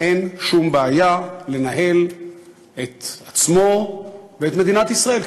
אין שום בעיה לנהל את עצמו ואת מדינת ישראל,